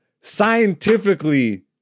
scientifically